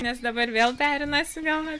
nes dabar vėl perinasi gal net